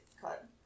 cut